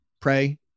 pray